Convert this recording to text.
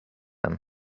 him